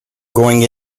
going